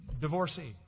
divorcee